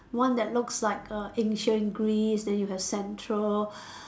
one that looks like err ancient Greece then you have central